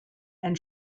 and